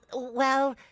well.